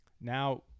Now